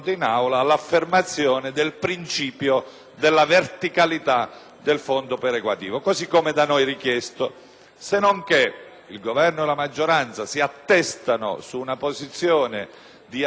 Senonché il Governo e la maggioranza si attestano su una posizione di alimentazione del fondo mediante la compartecipazione all'aliquota IVA.